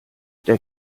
der